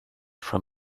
from